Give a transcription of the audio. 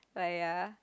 but ya